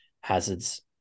hazards